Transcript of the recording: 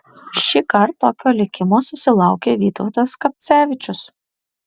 šįkart tokio likimo susilaukė vytautas skapcevičius